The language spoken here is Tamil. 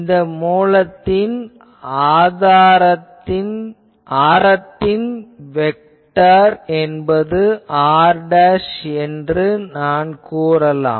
இந்த மூலத்தின் ஆரத்தின் வெக்டார் என்பது r என்று நான் கூறலாம்